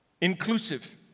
inclusive